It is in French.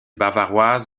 bavaroise